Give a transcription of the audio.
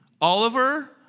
Oliver